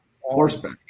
Horseback